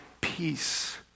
peace